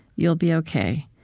you'll be ok.